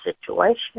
situation